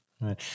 right